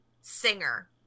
singer